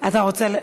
אתה רוצה?